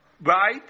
right